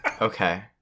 Okay